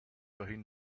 behind